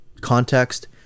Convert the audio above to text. context